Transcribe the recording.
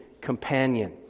companion